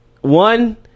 One